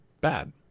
bad